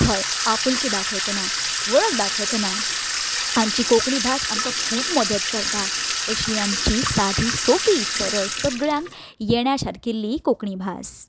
हय आपुलकी वळख दाखयतना आमची कोंकणी भास आमकां खूब मदतक अशी आमची सादी सोंपी सरळ सगळ्यांक येण्या सारकेली कोंकणी भास